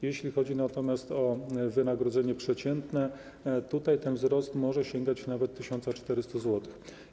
Jeśli chodzi natomiast o wynagrodzenie przeciętne, ten wzrost może sięgać nawet 1400 zł.